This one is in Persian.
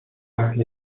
اهل